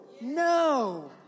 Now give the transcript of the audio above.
No